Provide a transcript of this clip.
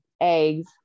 eggs